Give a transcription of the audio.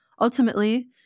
ultimately